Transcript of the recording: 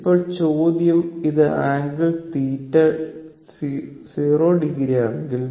ഇപ്പോൾ ചോദ്യം അത് ആംഗിൾ 0 o ആണെങ്കിൽ